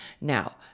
Now